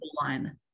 line